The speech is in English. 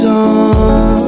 on